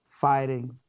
fighting